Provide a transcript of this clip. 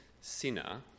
sinner